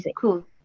cool